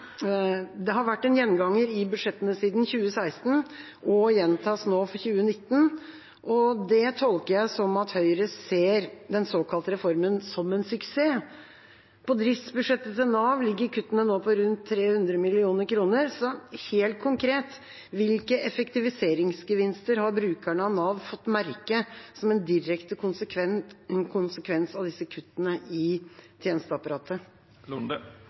Det har vært en gjenganger i budsjettene siden 2016 og gjentas nå for 2019. Det tolker jeg som at Høyre ser den såkalte reformen som en suksess. På Navs driftsbudsjett ligger kuttene på rundt 300 mill. kr, så helt konkret: Hvilke effektiviseringsgevinster har brukerne av Nav fått merke som en direkte konsekvens av disse kuttene i tjenesteapparatet?